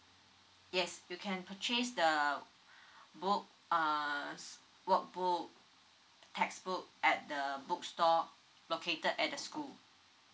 yes you can purchase the book uh workbook textbook at the bookstore located at school